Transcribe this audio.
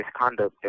misconduct